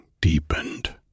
deepened